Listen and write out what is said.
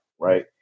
right